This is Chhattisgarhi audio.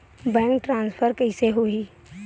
बैंक ट्रान्सफर कइसे होही?